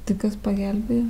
tai kas pagelbėjo